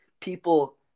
People